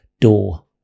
door